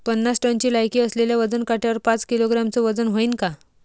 पन्नास टनची लायकी असलेल्या वजन काट्यावर पाच किलोग्रॅमचं वजन व्हईन का?